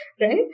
right